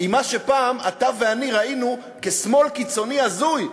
עם מה שפעם אתה ואני ראינו כשמאל קיצוני הזוי.